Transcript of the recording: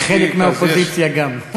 וחלק מהאופוזיציה גם.